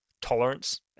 tolerance